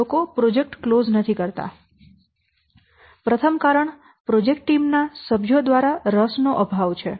તેથી પ્રથમ કારણ પ્રોજેક્ટ ટીમ ના સભ્યો દ્વારા રસ નો અભાવ છે